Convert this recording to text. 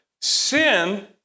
sin